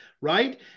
right